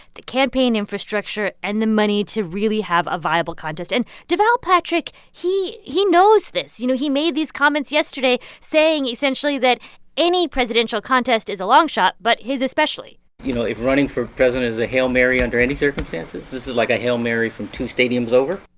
the campaign infrastructure and the money to really have a viable contest. and deval patrick he he knows this. you know, he made these comments yesterday saying essentially that any presidential contest is a longshot but his especially you know, if running for president is a hail mary under any circumstances, this is like a hail mary from two stadiums over